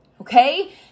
Okay